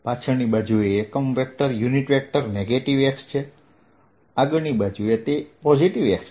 પાછળની બાજુએ એકમ વેક્ટર નેગેટીવ x છે આગળની બાજુએ તે પોઝિટિવ x છે